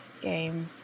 game